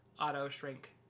auto-shrink